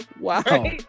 Wow